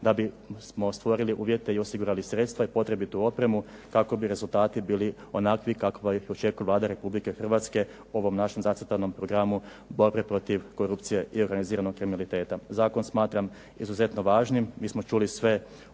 da bismo stvorili uvjete i osigurali sredstva i potrebitu opremu kako bi rezultati bili onakvi kakve očekuje Vlada Republike Hrvatske ovom našem zacrtanom programu borbe protiv korupcije i organiziranog kriminaliteta. Zakon smatram izuzetno važnim. Mi smo čuli sve one